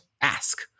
ask